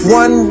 one